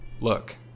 Look